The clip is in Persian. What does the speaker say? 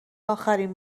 اخرین